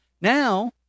Now